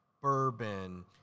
bourbon